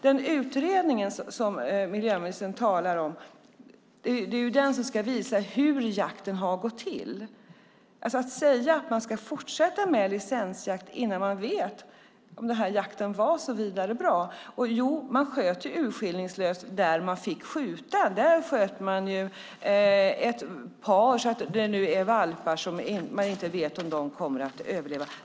Den utredning som miljöministern talar om ska visa hur jakten har gått till, men man säger att man ska fortsätta med licensjakt innan man vet om den här jakten var så vidare bra. Man sköt urskillningslöst där man fick skjuta, bland annat ett vargpar så att det nu finns valpar som man inte vet om de kommer att överleva.